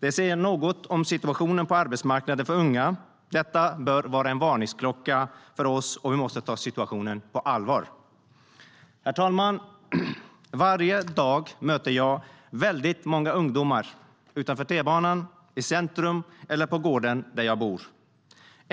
Herr talman! Varje dag möter jag väldigt många ungdomar, utanför t-banan, i centrum eller på gården där jag bor.